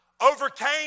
overcame